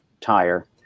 tire